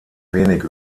wenig